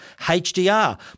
HDR